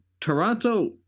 Toronto